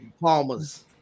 palmas